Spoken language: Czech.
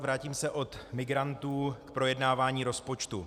Vrátím se od migrantů k projednávání rozpočtu.